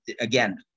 Again